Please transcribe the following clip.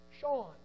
Sean